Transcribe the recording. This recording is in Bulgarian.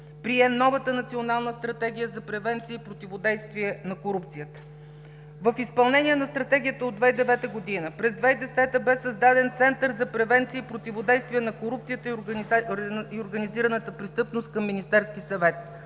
прие новата Национална стратегия за превенция и противодействие на корупцията. В изпълнение на Стратегията от 2009 г., през 2010 г. бе създаден Център за превенция и противодействие на корупцията и организираната престъпност към Министерския съвет.